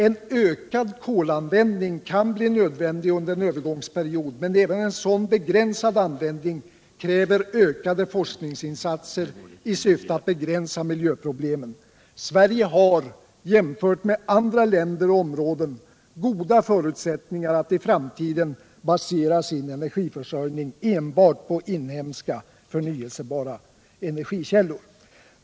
En ökning av användningen av kol kan bli nödvändig under en övergångsperiod, men även en sådan begränsad användning kräver ökade forskningsinsatser i syfte att begränsa miljöproblemen. Sverige har i jämförelse med andra länder goda förutsättningar att i framtiden basera sin energiförsörjning på enbart inhemska förnyelsebara energikällor.